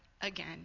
again